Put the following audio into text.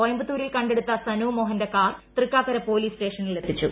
കോയമ്പീക്കൂ്രിൽ കണ്ടെടുത്ത സനു മോഹന്റെ car Thrikkakara police സ്റ്റ്ഷനിലെത്തിച്ചു